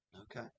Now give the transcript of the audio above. Okay